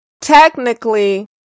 Technically